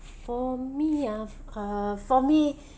for me ah uh for me